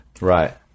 Right